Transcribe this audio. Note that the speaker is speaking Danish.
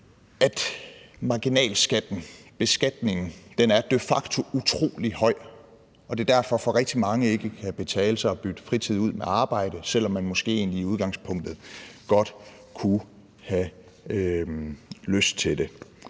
at marginalbeskatningen de facto er utrolig høj, og at det derfor for rigtig mange ikke kan betale sig at bytte fritid ud med arbejde, selv om man måske i udgangspunktet egentlig godt kunne have lyst til det.